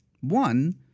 One